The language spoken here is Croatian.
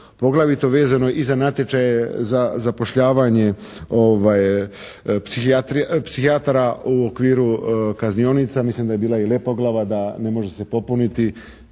poglavito vezano i za natječaje za zapošljavanje psihijatara u okviru kaznionica, mislim da je bila i Lepoglava da ne može se popuniti.